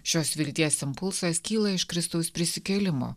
šios vilties impulsas kyla iš kristaus prisikėlimo